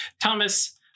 Thomas